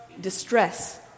distress